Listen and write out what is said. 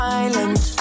island